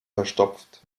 verstopft